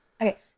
Okay